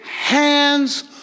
hands